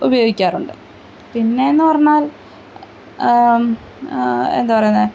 ഉപയോഗിക്കാറുണ്ട് പിന്നേന്നു പറഞ്ഞാൽ എന്താ പറയുന്നേ